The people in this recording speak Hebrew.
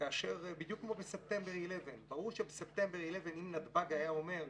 בדיוק כמו ב-September 11. ברור שב-September 11 אם נתב"ג היה אומר,